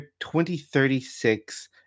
2036